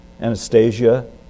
Anastasia